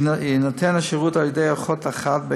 יינתן השירות על ידי אחות אחת,